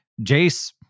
Jace